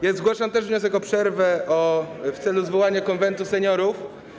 Ja zgłaszam też wniosek o przerwę w celu zwołania Konwentu Seniorów.